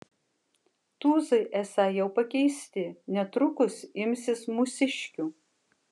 tūzai esą jau pakeisti netrukus imsis mūsiškių